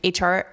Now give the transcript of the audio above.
HR